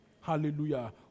Hallelujah